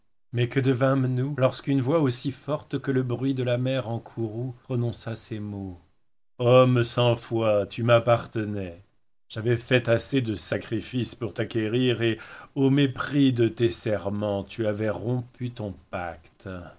mais que devînmes nous lorsqu'une voix aussi forte que le bruit de la mer en courroux prononça ces mots homme sans foi tu m'appartenais j'avais fait assez de sacrifices pour t'acquérir et au mépris de tes sermens tu avais rompu ton pacte